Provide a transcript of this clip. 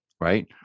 right